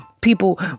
People